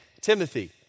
Timothy